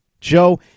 Joe